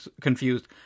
confused